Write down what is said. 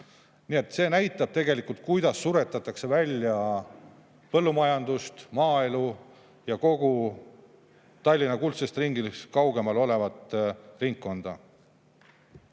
See näitab tegelikult, kuidas põllumajandust, maaelu ja kogu Tallinna kuldsest ringist kaugemal olevat ringkonda